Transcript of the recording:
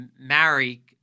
marry